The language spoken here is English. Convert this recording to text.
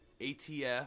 ATF